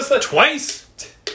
Twice